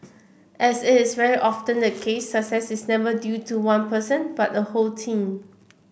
as is very often the case success is never due to one person but a whole team